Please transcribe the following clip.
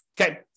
Okay